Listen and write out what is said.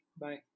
Bye